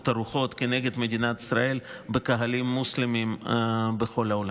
רוחות כנגד מדינת ישראל בקהלים מוסלמיים בכל העולם.